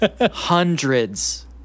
hundreds